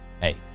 hey